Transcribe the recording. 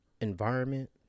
environment